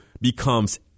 becomes